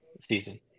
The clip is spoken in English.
season